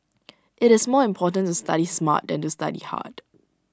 IT is more important to study smart than to study hard